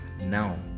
now